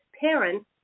parents